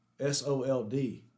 S-O-L-D